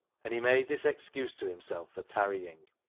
and he made this excuse to himself for tarrying,